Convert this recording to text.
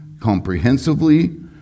comprehensively